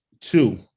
two